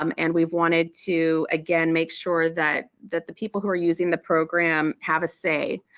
um and we've wanted to again make sure that that the people who are using the program have a say.